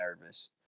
nervous